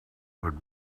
would